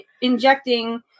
injecting